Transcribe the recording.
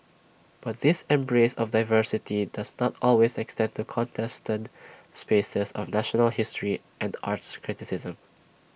but this embrace of diversity does not always extend to contested spaces of national history and arts criticism